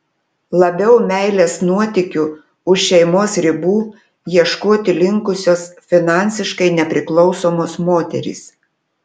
labiau meilės nuotykių už šeimos ribų ieškoti linkusios finansiškai nepriklausomos moterys